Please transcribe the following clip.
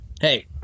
Hey